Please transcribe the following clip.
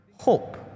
hope